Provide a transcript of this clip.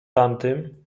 tamtym